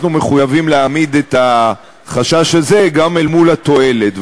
אנחנו מחויבים להעמיד את החשש הזה גם אל מול התועלת.